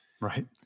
Right